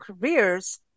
careers